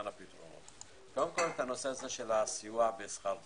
קודם כל, סיוע בשכר דירה.